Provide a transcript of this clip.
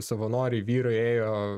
savanoriai vyrai ėjo